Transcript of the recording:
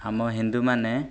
ଆମ ହିନ୍ଦୁମାନେ